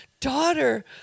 daughter